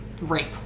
rape